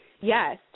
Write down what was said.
Yes